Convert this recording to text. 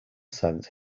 sense